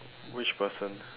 which person